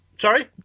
Sorry